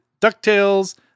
DuckTales